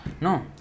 No